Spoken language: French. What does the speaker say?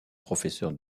professeurs